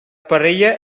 parella